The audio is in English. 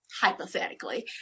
hypothetically